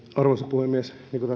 puhemies niin kuin